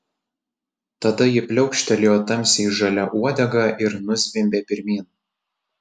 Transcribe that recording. tada ji pliaukštelėjo tamsiai žalia uodega ir nuzvimbė pirmyn